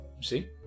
see